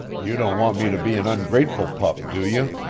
you don't want me to be an ungrateful pup, do you?